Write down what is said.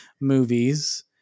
movies